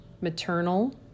Maternal